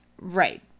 Right